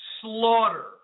slaughter